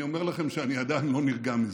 אני אומר לכם שאני עדיין לא נרגע מזה,